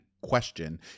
question